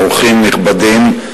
אורחים נכבדים,